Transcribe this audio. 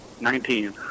Nineteen